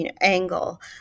angle